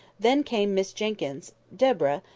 then came miss jenkyns deborah,